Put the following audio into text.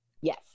Yes